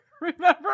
Remember